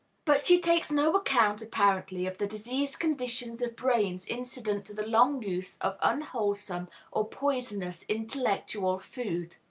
but she takes no account, apparently, of the diseased conditions of brains incident to the long use of unwholesome or poisonous intellectual food.